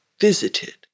visited